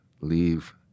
leave